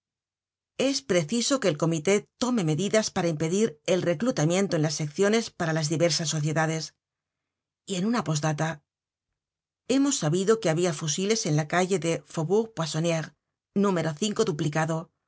es preciso que el comité tome medidas para impedir el recluta miento en las secciones para las diversas sociedades y en una posdata hemos sabido que habia fusiles en la calle del faubourg poisso niere número duplicado